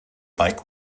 mike